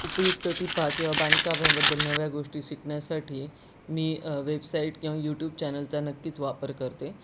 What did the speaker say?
उपयुक्त टिपा किंवा बांधकामाबद्दल नव्या गोष्टी शिकण्यासाठी मी वेबसाईट किंवा यूट्यूब चॅनलचा नक्कीच वापर करते